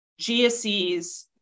GSEs